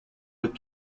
with